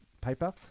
paper